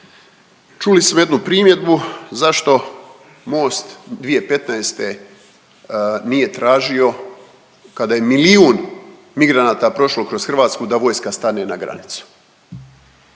čuli smo jednu primjedbu zašto Most 2015. nije tražio kada je milijun migranata prošlo kroz Hrvatsku, da vojska stane na granicu.